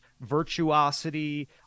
virtuosity